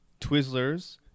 Twizzlers